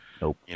nope